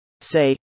Say